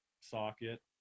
socket